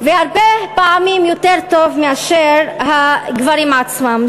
והרבה פעמים יותר טוב מאשר הגברים עצמם.